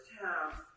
town